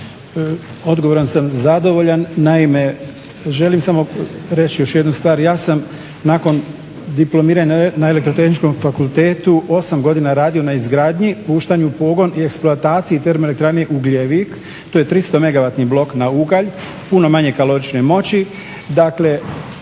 Odgovorom sam zadovoljan. Naime, želim samo reći još jednu stvar, ja sam nakon diplomiranja na Elektrotehničkom fakultetu osam godina radio na izgradnji, puštanju u pogon i eksploataciji Termoelektrane Ugljevik, to je 300megavatni blok na ugalj puno manje kalorične moći. Dakle